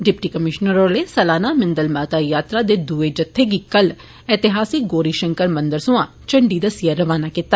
deputy commissioner होरें सालाना मिंदल माता यात्रा दे दुए जत्थे गी कल ऐतिहासिक गोरी शंकर मंदरै सोयां झंडी दस्सिए रवाना कीता